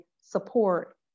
support